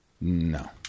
No